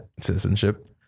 citizenship